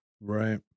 Right